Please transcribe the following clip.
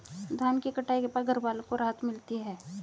धान की कटाई के बाद घरवालों को राहत मिलती है